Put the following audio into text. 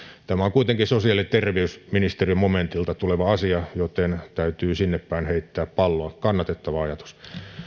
tämä on kuitenkin sosiaali ja terveysministeriön momentilta tuleva asia joten täytyy sinnepäin heittää palloa kannatettava ajatus